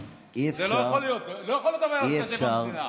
זה דברים, אי-אפשר,